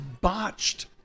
botched